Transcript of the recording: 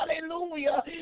hallelujah